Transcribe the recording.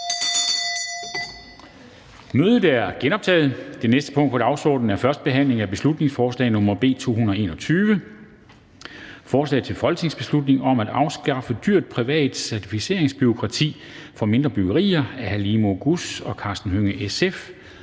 (Kl. 12:12). --- Det næste punkt på dagsordenen er: 4) 1. behandling af beslutningsforslag nr. B 221: Forslag til folketingsbeslutning om at afskaffe dyrt, privat certificeringsbureaukrati for mindre byggerier. Af Halime Oguz (SF) og Karsten Hønge (SF).